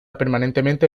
permanentemente